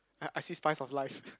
I I see spice of life